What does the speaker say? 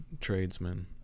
tradesmen